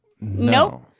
Nope